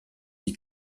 die